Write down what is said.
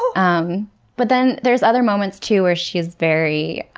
um but then there's other moments, too, where she is very